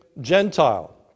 Gentile